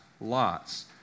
lots